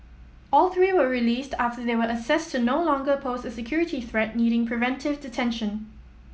all three were released after they were assessed to no longer pose a security threat needing preventive detention